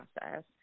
process